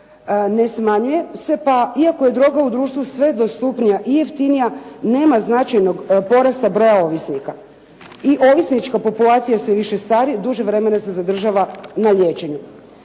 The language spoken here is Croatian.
ne smanjuje se pa iako je droga u društvu sve dostupnija i jeftinija, nema značajnog porasta broja ovisnika. I ovisnička populacija sve više stari duže vremena se zadržava na liječenju.